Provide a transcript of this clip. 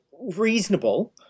reasonable